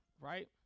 right